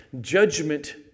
judgment